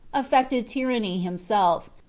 affected tyranny himself,